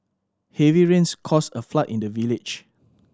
heavy rains caused a flood in the village